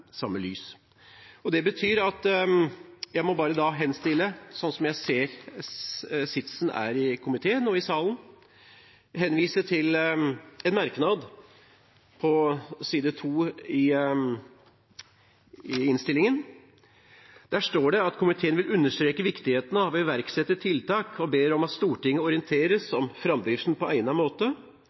lys. Det betyr at jeg bare må, slik jeg ser at sitsen er i komiteen og i salen, henvise til en merknad på side 2 i innstillingen, der det står: «Komiteen vil understreke viktigheten av å iverksette tiltak og ber om at Stortinget orienteres om framdriften på en egnet måte.